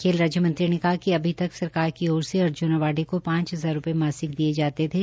खेल राज्य मंत्री ने कहा कि अभी तक सरकार की ओर से अर्ज्न अवार्डी को पांच हजार रूपये मासिक दिये जाते थे